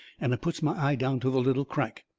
and i puts my eye down to the little crack.